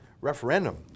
referendum